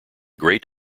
great